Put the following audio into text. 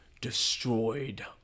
destroyed